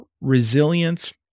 resilience